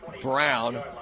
Brown